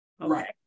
Right